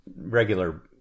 regular